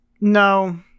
No